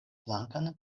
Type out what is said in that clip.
blankan